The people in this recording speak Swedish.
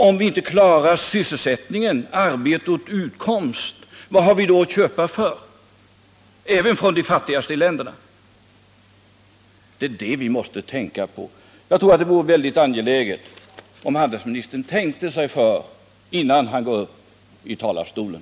Om vi inte klarar sysselsättning, arbete och utkomst, vad har vi då att köpa för, bl.a. från de fattigaste länderna? Det är det vi måste tänka på. Det är angeläget att handelsministern tänker sig för innan han går upp i talarstolen.